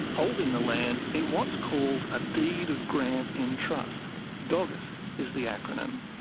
holding the land in what's called a deed of grant in trust dogit is the acronym.